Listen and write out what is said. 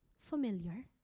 Familiar